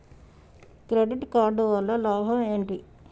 Credit card వల్ల లాభం ఏంటి?